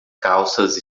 calças